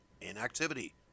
inactivity